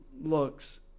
looks